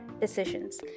decisions